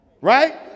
Right